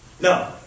No